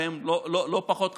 והם לא פחות חשובים,